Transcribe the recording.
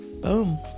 Boom